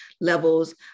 levels